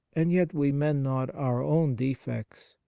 and yet we mend not our own defects.